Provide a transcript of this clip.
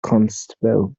constable